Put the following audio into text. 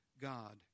God